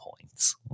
points